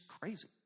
crazy